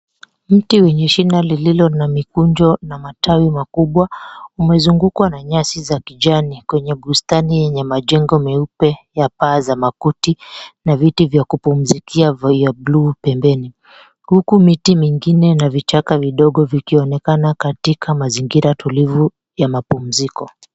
Mti wenye shina lililo na mikunjo na matawi makubwa umezungukwa na nyasi za kijani kwenye bustani yenye majengo meupe ya paa za makuti na viti vya kupumzikia vya buluu pembeni. Huku miti mingine na vichaka vidogo vikionekana katika mazingira tulivu ya mapumziko.